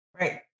Right